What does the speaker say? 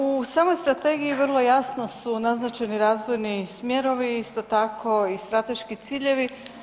U samoj strategiji vrlo jasno su naznačeni razvojni smjerovi, isto tako i strateški ciljevi.